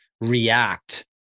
react